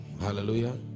Hallelujah